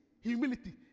humility